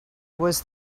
was